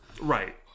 right